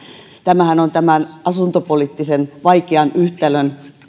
tämähän on tämän asuntopoliittisen vaikean yhtälön